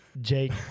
Jake